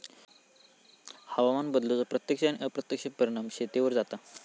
हवामान बदलाचो प्रत्यक्ष आणि अप्रत्यक्ष परिणाम शेतीवर जाता